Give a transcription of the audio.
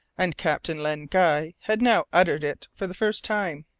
and captain len guy had now uttered it for the first time.